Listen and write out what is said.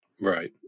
Right